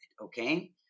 okay